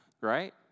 right